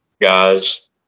guys